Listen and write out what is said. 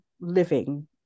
living